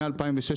מ-2016,